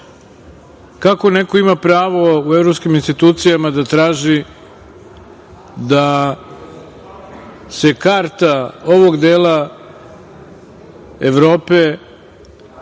Kako neko ima pravo u evropskim institucijama da traži da se karta ovog dela Evrope